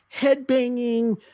headbanging